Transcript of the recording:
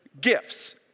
gifts